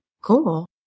Cool